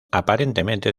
aparentemente